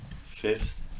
fifth